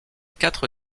quatre